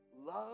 love